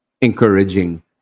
encouraging